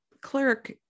clerk